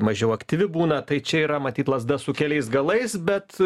mažiau aktyvi būna tai čia yra matyt lazda su keliais galais bet